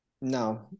no